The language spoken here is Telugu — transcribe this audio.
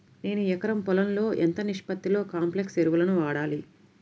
నేను ఎకరం పొలంలో ఎంత నిష్పత్తిలో కాంప్లెక్స్ ఎరువులను వాడాలి?